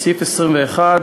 בסעיף 21,